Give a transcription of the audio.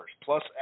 plus